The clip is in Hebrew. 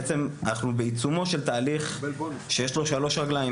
בעצם אנחנו בעיצומו של תהליך שיש לו שלושה רגליים.